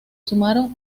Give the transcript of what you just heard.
sumaron